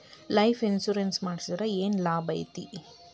Life insurance ಮಾಡ್ಸಿದ್ರ ಏನ್ ಲಾಭೈತಿ?